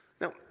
Now